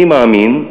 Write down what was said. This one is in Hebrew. אני מאמין,